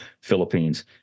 Philippines